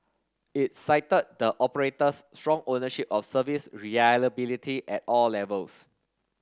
it cited the operator's strong ownership of service reliability at all levels